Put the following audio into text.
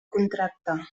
contracte